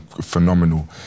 phenomenal